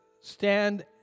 stand